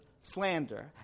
slander